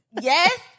Yes